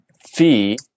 fee